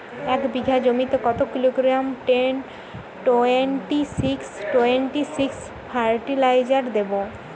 এক বিঘা জমিতে কত kilogram ten twenty six twenty six fertiliser দেবো?